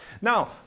Now